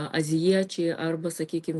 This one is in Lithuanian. azijiečiai arba sakykim